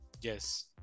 Yes